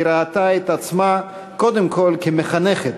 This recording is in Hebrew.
היא ראתה את עצמה קודם כול כמחנכת,